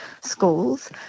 schools